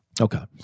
Okay